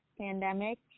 pandemic